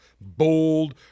bold